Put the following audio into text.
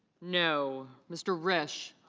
no. mr. rish